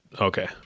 Okay